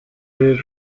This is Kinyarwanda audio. uri